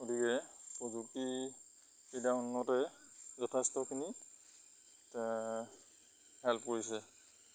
গতিকে প্ৰযুক্তি উন্নতে যথেষ্টখিনি হেল্প কৰিছে